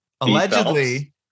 allegedly